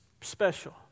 special